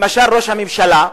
למשל, ראש הממשלה,